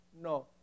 no